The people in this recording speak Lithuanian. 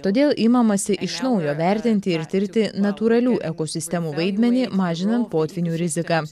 todėl imamasi iš naujo vertinti ir tirti natūralių ekosistemų vaidmenį mažinant potvynių riziką